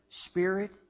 spirit